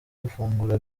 gufungura